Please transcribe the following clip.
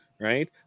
right